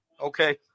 Okay